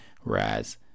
Whereas